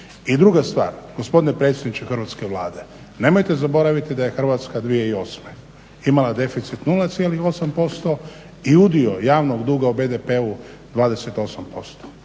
I druga stvar, gospodine predsjedniče hrvatske Vlade, nemojte zaboraviti da je Hrvatska 2008. imala deficit 0,8% i udio javnog duga u BDP-u 28%.